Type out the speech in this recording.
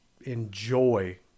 enjoy